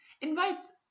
invites